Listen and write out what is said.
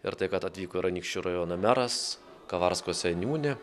ir tai kad atvyko ir anykščių rajono meras kavarsko seniūnė